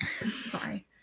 Sorry